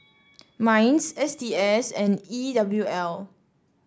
Minds S T S and E W L